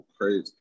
crazy